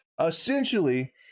essentially